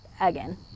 again